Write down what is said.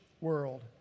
world